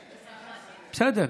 בסדר.